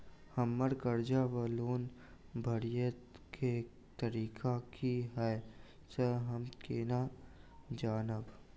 हम्मर कर्जा वा लोन भरय केँ तारीख की हय सँ हम केना जानब?